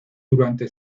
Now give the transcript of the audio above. durante